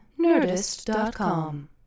Nerdist.com